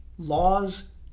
laws